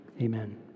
amen